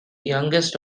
youngest